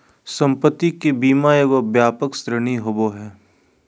संपत्ति के बीमा एगो व्यापक श्रेणी होबो हइ